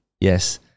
Yes